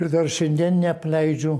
ir dar šiandien neapleidžiu